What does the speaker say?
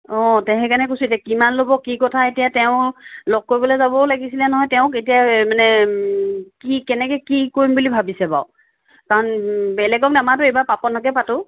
অ সেইকাৰণে কৈছোঁ এতিয়া কিমান ল'ব কি কথা এতিয়া তেওঁ লগ কৰিবলৈ যাবও লাগিছিলে নহয় তেওঁক এতিয়া মানে কি কেনেকৈ কি কৰিম বুলি ভাবিছে বাৰু কাৰণ বেলেগক নামাতোঁ এইবাৰ পাপনকে মাতোঁ